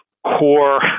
core